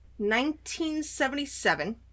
1977